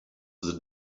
the